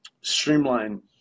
streamline